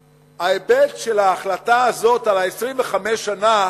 ההיבט של ההחלטה הזאת על 25 שנה,